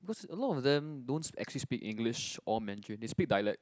cause a lot of them don't actually speak English or Mandarin they speak dialect